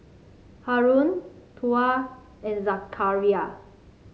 Haron Tuah and Zakaria